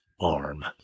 arm